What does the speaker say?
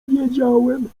wiedziałem